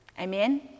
Amen